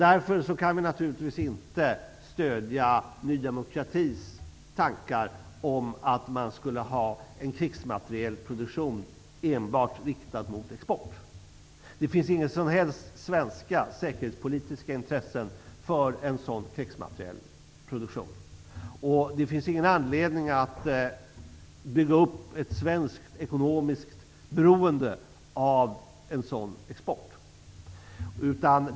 Därför kan vi naturligtvis inte stödja Ny demokratis tankar om att man skulle ha en krigsmaterielproduktion enbart riktad mot export. Det finns inga som helst svenska säkerhetspolitiska intressen som talar för en sådan krigsmaterielproduktion, och det finns ingen anledning att bygga upp ett svenskt ekonomiskt beroende av en sådan export.